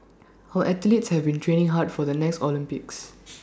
our athletes have been training hard for the next Olympics